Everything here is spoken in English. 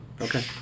Okay